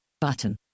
Button